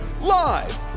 live